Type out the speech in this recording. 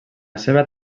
seva